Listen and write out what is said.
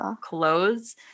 clothes